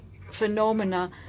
phenomena